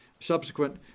subsequent